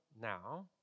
now